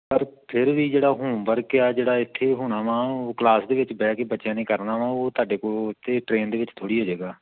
ਪਰ ਫਿਰ ਵੀ ਜਿਹੜਾ ਹੋਮਵਰਕ ਆ ਜਿਹੜਾ ਇੱਥੇ ਹੋਣਾ ਵਾਂ ਉਹ ਕਲਾਸ ਦੇ ਵਿੱਚ ਬਹਿ ਕੇ ਬੱਚਿਆਂ ਨੇ ਕਰਨਾ ਵਾਂ ਉਹ ਤੁਹਾਡੇ ਕੋਲ ਉੱਥੇ ਟਰੇਨ ਦੇ ਵਿੱਚ ਥੋੜ੍ਹੀ ਹੋ ਜਾਵੇਗਾ